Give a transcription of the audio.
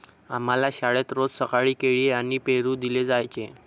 आम्हाला शाळेत रोज सकाळी केळी आणि पेरू दिले जायचे